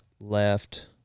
left